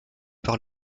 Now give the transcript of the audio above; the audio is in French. par